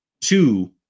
two